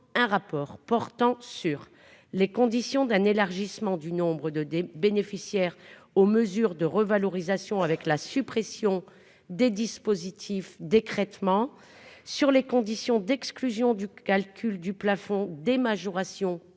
un rapport portant sur les conditions d'un élargissement du nombre de des bénéficiaires aux mesures de revalorisation, avec la suppression des dispositifs d'écrêtement sur les conditions d'exclusion du calcul du plafond des majorations